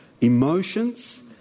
emotions